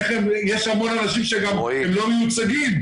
יש המון אנשים שהם גם לא מיוצגים,